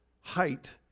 height